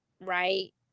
right